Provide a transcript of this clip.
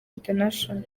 international